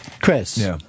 Chris